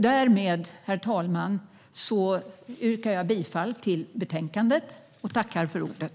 Därmed, herr talman, yrkar jag bifall till utskottets förslag i betänkandet och tackar för ordet.